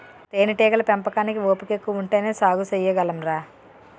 తేనేటీగల పెంపకానికి ఓపికెక్కువ ఉంటేనే సాగు సెయ్యగలంరా